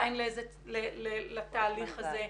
לתהליך הזה?